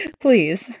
Please